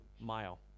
mile